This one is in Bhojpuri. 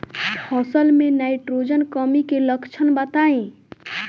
फसल में नाइट्रोजन कमी के लक्षण बताइ?